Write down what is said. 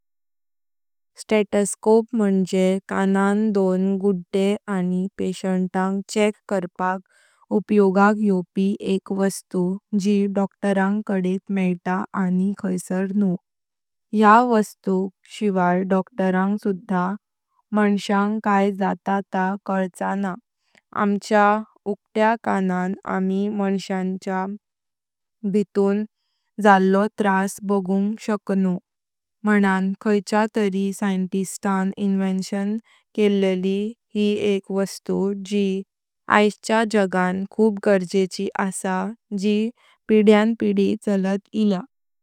स्टेथोस्कोप मुईजे कानां दोन गुद्दे आनी पेनिटेंटांग चेक करपाक उपयोगाक यवपि एक वस्तु जी डॉक्टोरांग काडेत मेटा आनी खैसर न्हु। या वस्तु शिवाय डॉक्टोरांग सुधा मान्ष्याक काय जात ता कल्चा न्हा। आमच्या उक्त्या कानां आमी मान्ष्यांच्या भीतुन जल्लो त्रास बगुंग शकणोव। मनांत खिच्या तरी सायटिस्तान इन्वेंशन केलेली यी एक वस्तु जी आयजच्या जगा खूप गरजेंची आसा जी पिढ्यान पिढी चालत इल्यां।